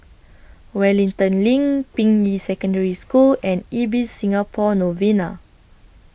Wellington LINK Ping Yi Secondary School and Ibis Singapore Novena